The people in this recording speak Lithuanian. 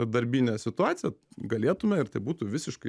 darbinę situaciją galėtume ir tai būtų visiškai